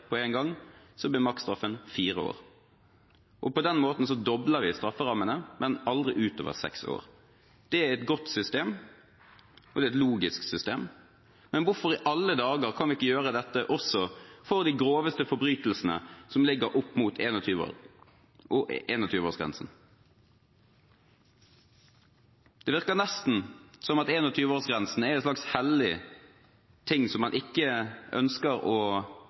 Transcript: på én gang, blir maksstraffen fire år. På den måten dobler vi strafferammene, men aldri utover seks år. Det er et godt system, og det er et logisk system. Men hvorfor i alle dager kan vi ikke gjøre dette også for de groveste forbrytelsene, som ligger opp mot 21-årsgrensen? Det virker nesten som om 21-årsgrensen er en slags hellig ting som man ikke ønsker å